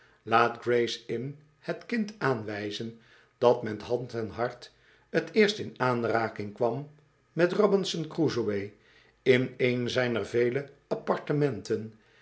laat gray's inn het kind aanwijzen dat met hand en hart t eerst in aanraking kwam met robinson orusoë in een zijner vele appartementen